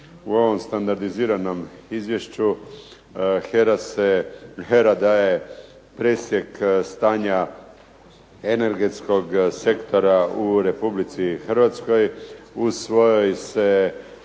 U ovom standardiziranom izvješću HERA daje presjek stanja energetskog sektora u RH. U ovom izvješću se